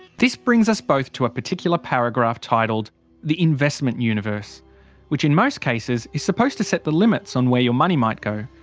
this brings us both to a particular paragraph titled the investment universe which in most cases is supposed to set the limits on where your money might go.